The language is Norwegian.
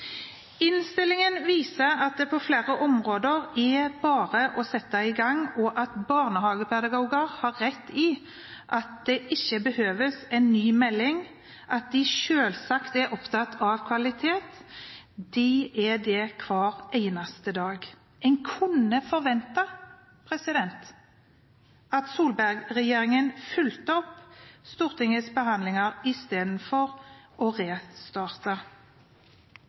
Innstillingen viser at det på flere områder er bare å sette i gang, at barnehagepedagoger har rett i at det ikke behøves en ny melding, og at de selvsagt er opptatt av kvalitet. Det er de hver eneste dag. En kunne forventet at Solberg-regjeringen fulgte opp Stortingets behandlinger istedenfor å